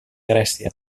grècia